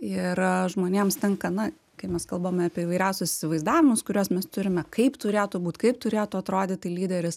ir žmonėms tenka na kai mes kalbame apie įvairiausius įsivaizdavimus kuriuos mes turime kaip turėtų būt kaip turėtų atrodyti lyderis